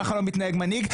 כך לא מתנהג מנהיג.